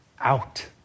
out